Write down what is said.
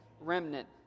Remnant